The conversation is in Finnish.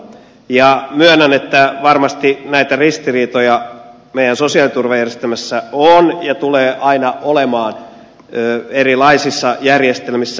myönnän että varmasti näitä ristiriitoja meidän sosiaaliturvajärjestelmässämme on ja tulee aina olemaan erilaisissa järjestelmissä